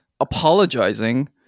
apologizing